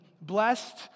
Blessed